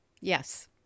yes